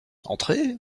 entrez